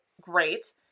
great